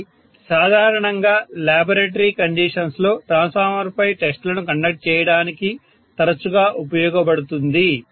ఇది సాధారణంగా laboratory conditions లో ట్రాన్స్ఫార్మర్ పై టెస్ట్ లను కండక్ట్ చేయడానికి తరచుగా ఉపయోగించబడుతుంది